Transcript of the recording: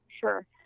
Sure